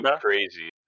crazy